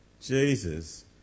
Jesus